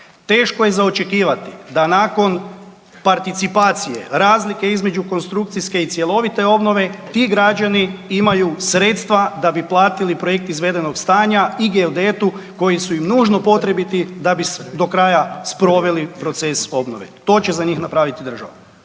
Teško je za očekivati da nakon participacije, razlike između konstrukcijske i cjelovite obnove ti građani imaju sredstva da bi platili projekt izvedenog stanja i geodetu koji su im nužno potrebiti da bi do kraja sproveli proces obnove. To će za njih napravit država.